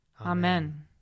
Amen